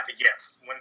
Yes